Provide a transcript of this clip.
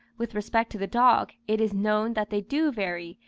with respect to the dog, it is known that they do vary,